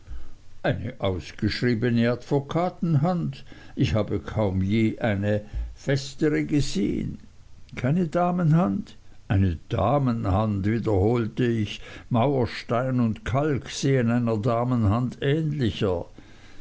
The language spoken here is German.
eine ausgeschriebne advokatenhand ich habe kaum je eine festere gesehen keine damenhand eine damenhand wiederholte ich mauersteine und kalk sehen einer damenhand ähnlicher